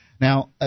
Now